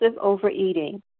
overeating